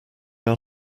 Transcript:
are